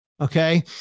Okay